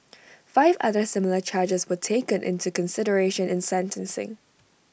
five other similar charges were taken into consideration in sentencing